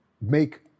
make